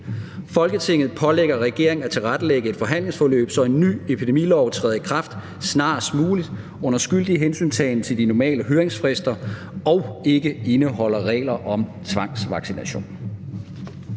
Folketinget pålægger regeringen at tilrettelægge et forhandlingsforløb, så en ny epidemilov træder i kraft snarest muligt under skyldig hensyntagen til de normale høringsfrister og ikke indeholder regler om tvangsvaccination.«